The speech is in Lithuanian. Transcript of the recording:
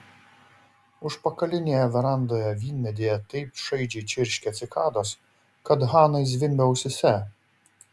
užpakalinėje verandoje vynmedyje taip šaižiai čirškė cikados kad hanai zvimbė ausyse